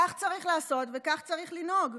כך צריך לעשות וכך צריך לנהוג.